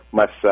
mas